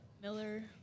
Miller